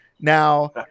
Now